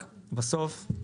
רק בסוף,